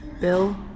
Bill